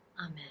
amen